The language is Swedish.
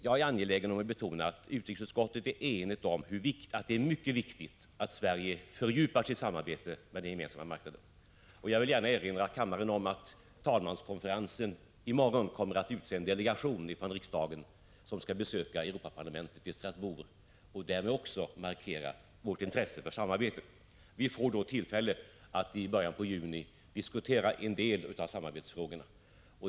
Jag är angelägen om att betona att utrikesutskottet är enigt om att det är mycket viktigt att Sverige fördjupar sitt samarbete med den gemensamma marknaden. Jag vill erinra kammaren om att talmanskonferensen i morgon kommer att utse en delegation från riksdagen som skall besöka Europaparlamentet i Strasbourg och därmed markera Sveriges intresse för samarbete. Vi får sedan tillfälle att i början av juni diskutera en del av samarbetsfrågorna.